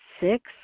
Six